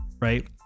Right